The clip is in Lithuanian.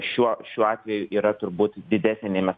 šiuo šiuo atveju yra turbūt didesnė nei mes